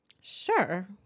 Sure